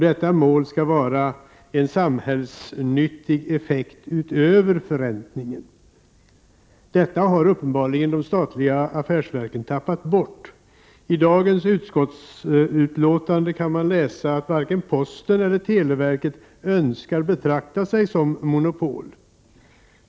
Detta mål skall vara en samhällsnyttig effekt utöver förräntningen. Detta har uppenbarligen de statliga affärsverken tappat bort. I dagens betänkande kan vi läsa att varken posten eller televerket önskar betrakta sig som monopol.